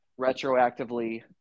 retroactively